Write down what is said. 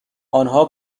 آنها